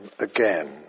again